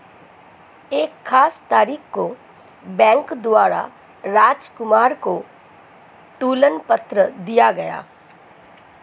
एक खास तारीख को बैंक द्वारा राजकुमार को तुलन पत्र दिया गया